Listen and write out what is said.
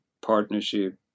partnership